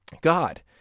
God